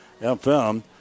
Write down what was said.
FM